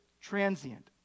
transient